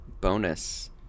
bonus